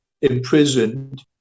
imprisoned